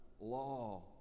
law